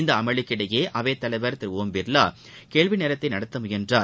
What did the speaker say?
இந்த அமளிக்கிடையே அவைத்தலைவர் திரு ஓம் பிர்லா கேள்வி நேரத்தை நடத்த முயன்றார்